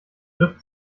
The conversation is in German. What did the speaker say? griff